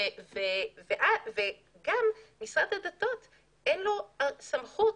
גם משרד הדתות אין לו סמכות.